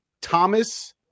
Thomas